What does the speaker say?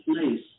place